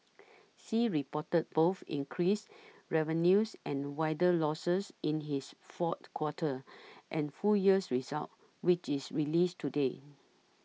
sea reported both increased revenues and wider losses in its fourth quarter and full years results which its released today